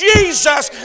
Jesus